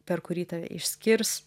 per kurį tave išskirs